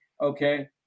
Okay